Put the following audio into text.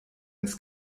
ins